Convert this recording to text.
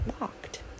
locked